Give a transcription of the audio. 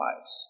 lives